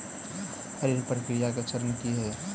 ऋण प्रक्रिया केँ चरण की है?